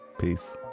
Peace